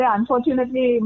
Unfortunately